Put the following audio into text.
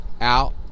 out